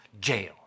jail